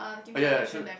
ah ya ya so